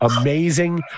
Amazing